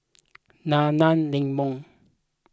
Nana Lemon